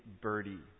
Birdie